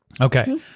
Okay